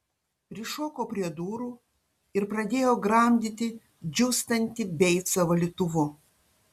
prišoko prie durų ir pradėjo grandyti džiūstantį beicą valytuvu